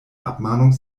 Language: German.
abmahnung